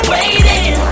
Waiting